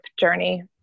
journey